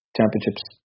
Championships